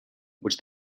which